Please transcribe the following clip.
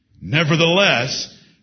Nevertheless